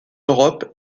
europe